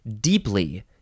deeply